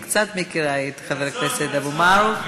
אני קצת מכירה את חבר הכנסת אבו מערוף.